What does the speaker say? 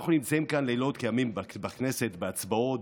אנחנו נמצאים כאן לילות כימים בכנסת בהצבעות,